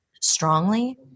strongly